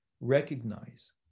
recognize